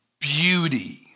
beauty